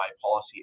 policy